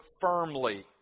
firmly